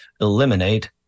eliminate